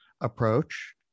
approach